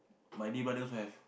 Maidy brother also have